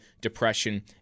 depression